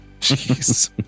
Jeez